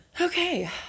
okay